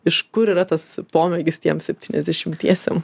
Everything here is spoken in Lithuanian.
iš kur yra tas pomėgis tiem septyniasdešimtiesiem